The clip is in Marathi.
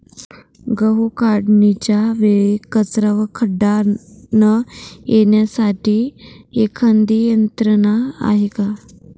गहू काढणीच्या वेळी कचरा व खडा न येण्यासाठी एखादी यंत्रणा आहे का?